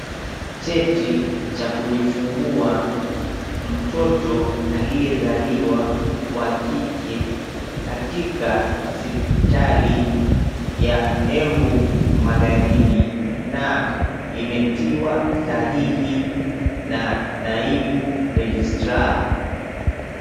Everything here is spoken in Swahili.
Cheti cha kujifungua. Mtoto aliyezaliwa wa kike katika siptali ya Embu Magharibi na imetiwa sahihi na naibu registrar .